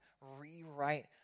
rewrite